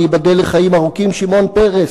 וייבדל לחיים ארוכים שמעון פרס,